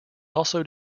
also